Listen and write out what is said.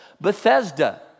Bethesda